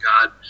God